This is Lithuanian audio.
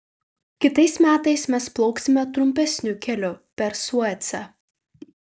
kitais metais mes plauksime trumpesniu keliu per suecą